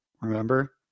Remember